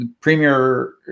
premier